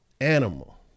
Animal